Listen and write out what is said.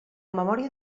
memòria